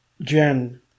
Jen